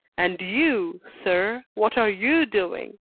and you, sir what are you doing?